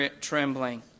trembling